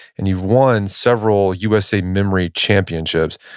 and you've won several usa memory championships.